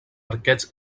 arquets